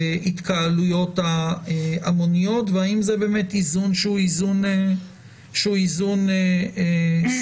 ההתקהלויות ההמוניות והאם זה באמת איזון שהוא איזון סביר.